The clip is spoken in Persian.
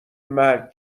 مرگ